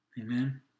Amen